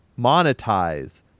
monetize